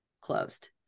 closed